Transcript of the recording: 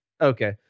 okay